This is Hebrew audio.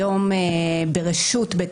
היום ברשות בית